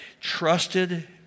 trusted